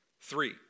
Three